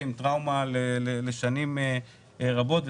עם טראומה לשנים רבות.